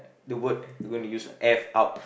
the word you gonna use F up